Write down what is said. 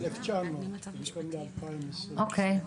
אוקי.